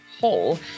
whole